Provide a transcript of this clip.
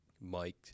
Mike